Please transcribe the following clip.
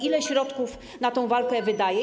Ile środków na tą walkę wydaje?